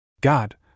God